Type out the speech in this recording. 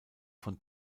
von